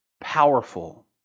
powerful